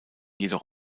jedoch